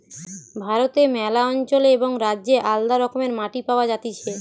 ভারতে ম্যালা অঞ্চলে এবং রাজ্যে আলদা রকমের মাটি পাওয়া যাতিছে